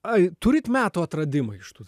ai turit metų atradimą iš tų